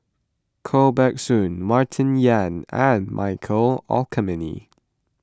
Koh Buck Song Martin Yan and Michael Olcomendy